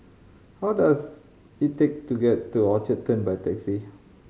how does it take to get to Orchard Turn by taxi